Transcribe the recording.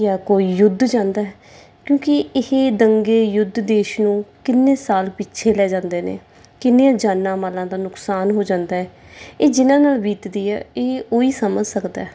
ਜਾਂ ਕੋਈ ਯੁੱਧ ਚਾਹੁੰਦਾ ਕਿਉਂਕਿ ਇਹ ਦੰਗੇ ਯੁੱਧ ਦੇਸ਼ ਨੂੰ ਕਿੰਨੇ ਸਾਲ ਪਿੱਛੇ ਲੈ ਜਾਂਦੇ ਨੇ ਕਿੰਨੀਆਂ ਜਾਨਾਂ ਮਾਲਾਂ ਦਾ ਨੁਕਸਾਨ ਹੋ ਜਾਂਦਾ ਹੈ ਇਹ ਜਿਹਨਾਂ ਨਾਲ ਬੀਤਦੀ ਹੈ ਇਹ ਉਹੀ ਸਮਝ ਸਕਦਾ